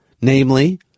namely